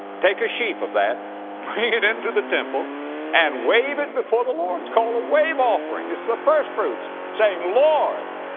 take a sheath of that, bring it into the temple and wave it before the lord. it's called a wave offering. it's the firstfruits, saying, lord,